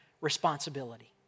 responsibility